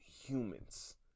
humans